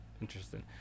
Interesting